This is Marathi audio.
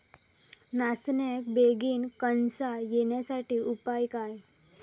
नाचण्याक बेगीन कणसा येण्यासाठी उपाय काय?